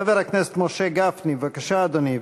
חבר הכנסת משה גפני, בבקשה, אדוני.